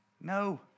No